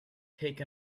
take